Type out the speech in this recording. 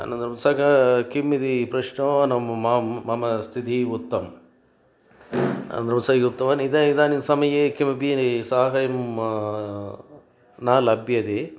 अनन्तरं सः किम् इति पृष्टवान् मां मम स्थितिः उक्तम् अनन्तरं सः उक्तवान् इद इदानीं समये किमपि यानं साहायं मां न लभ्यते